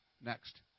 Next